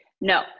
No